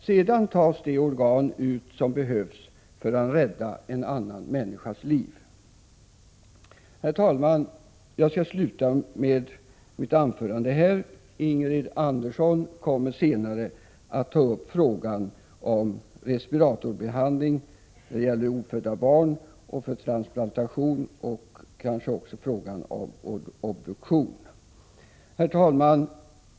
Sedan tas de organ ut som behövs för att rädda en annan människas liv. Herr talman! Jag skall sluta mitt anförande här. Ingrid Andersson kommer senare att ta upp frågan om respiratorbehandling när det gäller ofödda barn och för transplantation och kanske också frågan om obduktion.